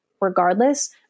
regardless